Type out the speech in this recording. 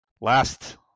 last